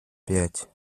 пять